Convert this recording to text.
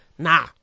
Nah